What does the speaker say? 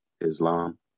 Islam